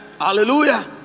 hallelujah